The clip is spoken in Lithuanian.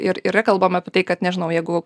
ir yra kalbama apie tai kad nežinau jeigu